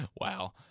Wow